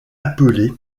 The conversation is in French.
appelé